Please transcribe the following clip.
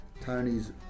Tony's